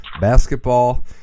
basketball